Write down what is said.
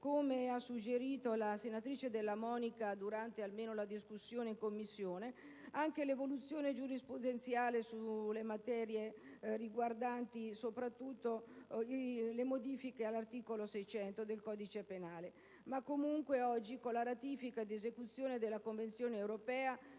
come ha suggerito la senatrice Della Monica durante la discussione in Commissione ‑ anche l'evoluzione giurisprudenziale sulle materie riguardanti soprattutto le modifiche all'articolo 600 del codice penale. In ogni caso, oggi, con la ratifica ed esecuzione della Convenzione europea,